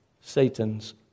Satan's